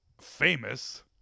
famous